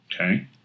Okay